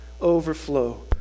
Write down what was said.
overflow